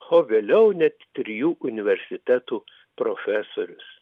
o vėliau net trijų universitetų profesorius